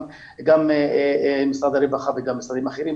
גם משרד הרווחה וגם משרדים אחרים,